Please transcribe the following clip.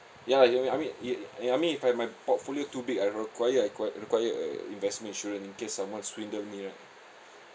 ya ya I mean it~ I mean if my my portfolio too big I require I quire~ require a investment insurance in case someone swindle me right